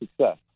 success